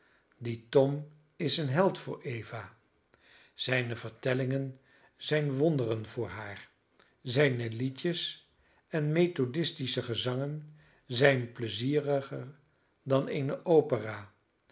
die tom is een held voor eva zijne vertellingen zijn wonderen voor haar zijne liedjes en methodistische gezangen zijn pleizieriger dan eene opera